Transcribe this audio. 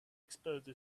expose